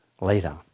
later